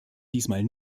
diesmal